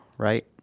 right?